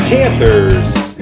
Panthers